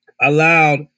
allowed